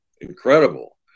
incredible